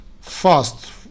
fast